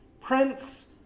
Prince